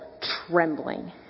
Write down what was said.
trembling